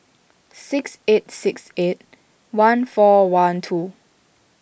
six eight six eight one four one two